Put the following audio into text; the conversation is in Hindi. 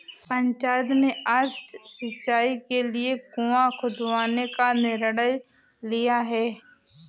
पंचायत ने आज सिंचाई के लिए कुआं खुदवाने का निर्णय लिया है